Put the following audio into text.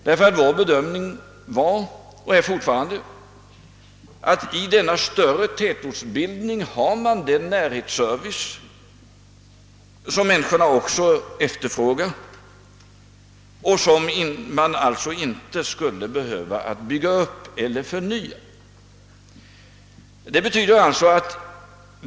Vår bedömning har nämligen varit och är alltjämt att i denna större tätortsbildning finns den närhetsservice som människor efterfrågar och som alltså inte behöver byggas upp eller förnyas.